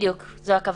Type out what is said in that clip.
בדיוק, זו הכוונה.